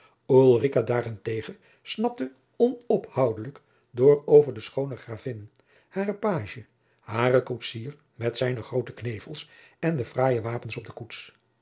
daarentegen snapte onophoudelijk door over de schoone gravin haren pagie haren koetsier jacob van lennep de pleegzoon met zijne groote knevels en de fraaie wapens op de koets